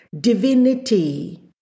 Divinity